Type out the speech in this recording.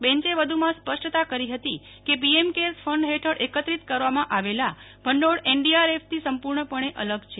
બેંચે વધુમાં સ્પષ્ટતા કરી હતી કે પીએમ કેર્સ ફંડ હેઠળ એકત્રિત કરવામાં આવેલા ભંડોળ એનડીઆરએફથી સંપૂર્ણપણે અલગ છે